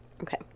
Okay